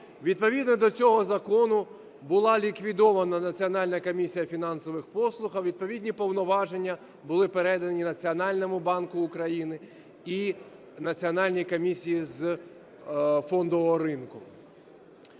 Відповідно до цього закону була ліквідована Національна комісія фінансових послуг, а відповідні повноваження були передані Національному банку України і Національній комісії з фондового ринку.